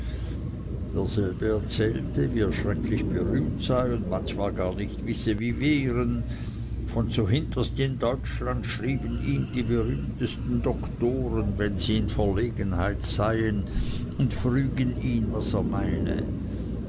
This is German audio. derselbe erzählte wie er schrecklich berühmt sei und manchmal gar nicht wisse wie wehren von zuhinterst in deutschland schrieben ihm die berühmtesten doktoren wenn sie in verlegenheit seien und frügen ihn was er meine